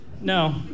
No